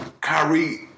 Kyrie